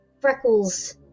freckles